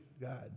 God